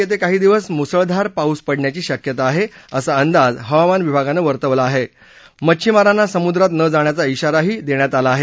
गोव्यात येते काही दिवस मुसळधार पाऊस पडण्याची शक्यता आहे असा अंदाज हवामान विभागानं वर्तवला असून मध्छिमारांना समुद्रात न जाण्याचा धिारा दिला आहे